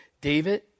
David